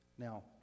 Now